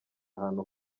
ahantu